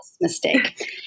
mistake